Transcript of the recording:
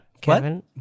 Kevin